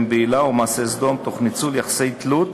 הם בעילה או מעשה סדום תוך ניצול יחסי תלות,